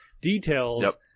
details